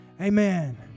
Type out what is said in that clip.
Amen